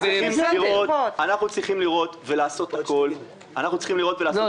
--- אנחנו צריכים לראות ולעשות הכול ------ לא,